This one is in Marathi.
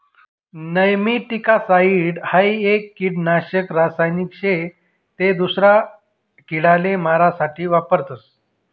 नेमैटीकासाइड हाई एक किडानाशक रासायनिक शे ते दूसरा किडाले मारा साठे वापरतस